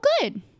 good